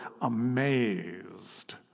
amazed